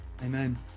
Amen